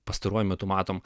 pastaruoju metu matom